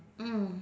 mm